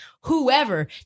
whoever